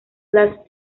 las